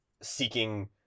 seeking